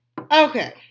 Okay